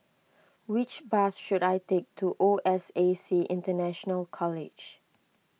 which bus should I take to O S A C International College